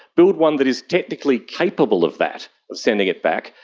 build one that is technically capable of that, of sending it back,